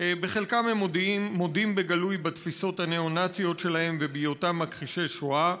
בחלקם הם מודים בגלוי בתפיסות הניאו-נאציות שלהם ובהיותם מכחישי שואה.